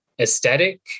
aesthetic